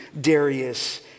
Darius